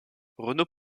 renaud